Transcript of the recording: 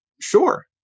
sure